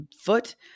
foot